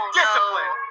discipline